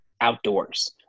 outdoors